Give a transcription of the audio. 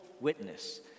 witness